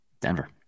Denver